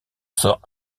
sort